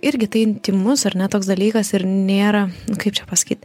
irgi tai intymus ar ne toks dalykas ir nėra kaip čia pasakyt